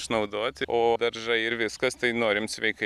išnaudot o daržai ir viskas tai norim sveikai